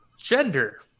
Gender